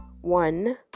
one